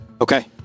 Okay